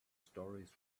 stories